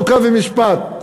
חוק ומשפט,